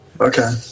Okay